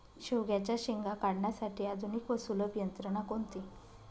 शेवग्याच्या शेंगा काढण्यासाठी आधुनिक व सुलभ यंत्रणा कोणती?